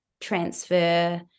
transfer